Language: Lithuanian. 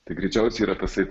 tai greičiausiai yra tasai